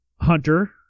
Hunter